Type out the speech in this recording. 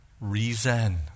reason